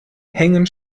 hängen